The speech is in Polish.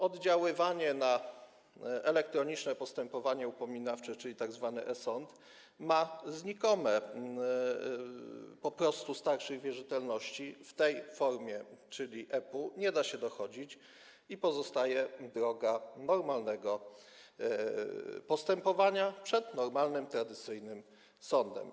Oddziaływanie na elektroniczne postępowanie upominawcze, czyli tzw. e-sąd, ma znikome, po prostu starszych wierzytelności w tej formie, czyli EPU, nie da się dochodzić i pozostaje droga normalnego postępowania - przed normalnym, tradycyjnym sądem.